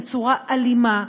בצורה אלימה,